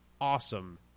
awesome